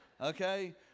okay